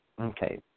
Okay